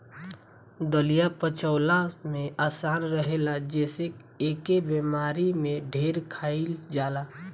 दलिया पचवला में आसान रहेला जेसे एके बेमारी में ढेर खाइल जाला